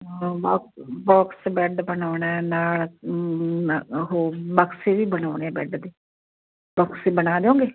ਹਾ ਬਾ box bed ਬਣਾਉਣਾ ਨਾਲ ਉਹ ਬਕਸੇ ਵੀ ਬਣਾਉਣੇ ਬੈੱਡ ਦੇ ਬੋਕਸ ਬਣਾ ਦੋਂਗੇ